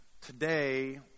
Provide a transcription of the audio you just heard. today